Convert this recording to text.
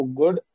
good